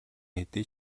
хэдий